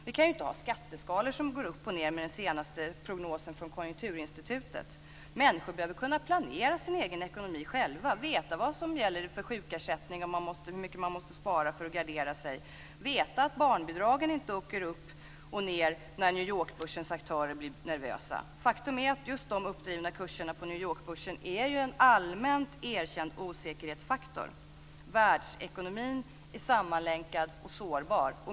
Vi kan inte ha skatteskalor som går upp och ned med den senaste prognosen från Konjunkturinstitutet. Människor behöver kunna planera sin egen ekonomi själva och veta vad som gäller för sjukersättning, veta hur mycket man behöver spara för att gardera sig och veta att barnbidragen inte åker upp och ned när New York-börsens aktörer blir nervösa. Faktum är att just de uppdrivna kurserna på New York-börsen är en allmänt erkänd osäkerhetsfaktor. Världsekonomin är sammanlänkad och sårbar.